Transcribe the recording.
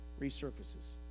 resurfaces